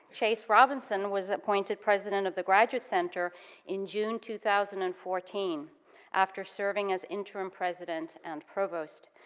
chase robinson was appointed president of the graduate center in june, two thousand and fourteen after serving as interim president and provost.